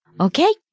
Okay